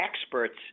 experts